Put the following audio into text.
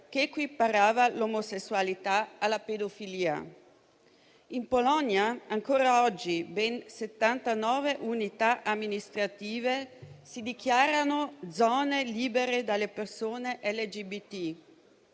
che equiparava l'omosessualità alla pedofilia. In Polonia ancora oggi ben 79 unità amministrative si dichiarano zone libere dalle persone LGBT.